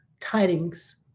tidings